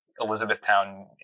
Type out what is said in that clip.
Elizabethtown